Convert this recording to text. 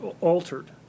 altered